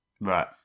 Right